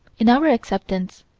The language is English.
in our acceptance,